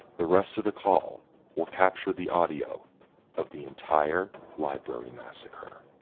the rest of the call will capture the audio of the entire library massacre.